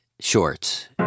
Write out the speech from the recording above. shorts